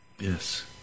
Yes